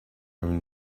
own